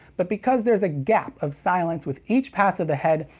but because there's a gap of silence with each pass of the head,